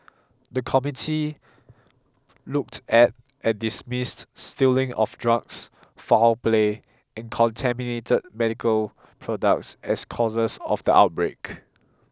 the committee looked at and dismissed stealing of drugs foul play and contaminated medical products as causes of the outbreak